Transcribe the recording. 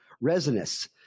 resinous